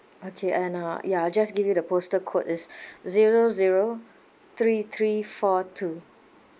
okay and uh ya I'll just give you the postal code is zero zero three three four two